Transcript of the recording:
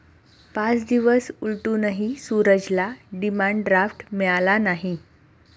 पाच दिवस उलटूनही सूरजला डिमांड ड्राफ्ट मिळाला नाही